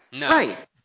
Right